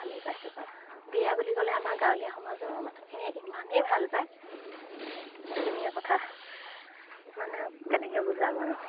ভালেই পাইছোঁ পায় বিয়া বুলি ক'লে আমাৰ গাঁৱলীয়া সমাজৰ মানুহখিনি ইমানেই ভাল পায় সেইখিনিয়ে কথা মানে কেনেকৈ বুজাম আৰু